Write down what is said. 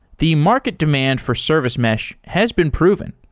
the market demand for service mesh has been proven,